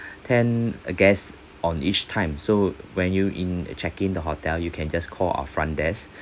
ten uh guests on each time so when you in check in the hotel you can just call our front desk